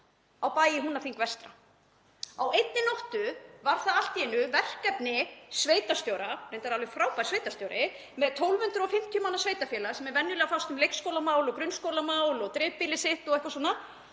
á bæ í Húnaþingi vestra. Á einni nóttu varð það allt í einu verkefni sveitarstjóra, reyndar alveg frábærs sveitarstjóra, með 1.250 manna sveitarfélag sem er venjulega að fást við leikskólamál og grunnskólamál og dreifbýlið sitt og eitthvað svona,